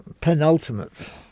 penultimate